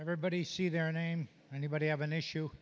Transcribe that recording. everybody see their name anybody have an issue